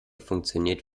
funktioniert